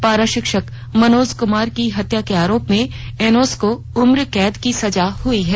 पारा शिक्षक मनोज क्मार की हत्या के आरोप में एनोस को उम्र कैद की सजा हई है